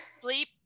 sleep